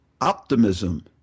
optimism